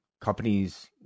companies